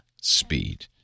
speed